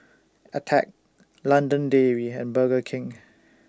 Attack London Dairy and Burger King